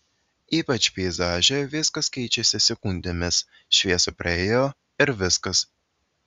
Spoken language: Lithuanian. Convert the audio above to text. ypač peizaže viskas keičiasi sekundėmis šviesa praėjo ir viskas